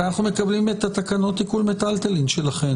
מתי אנחנו מקבלים את תקנות תיקון מטלטלין שלכם?